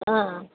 ఆ